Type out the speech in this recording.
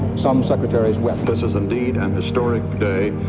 some secretaries wept, this is indeed an historic day,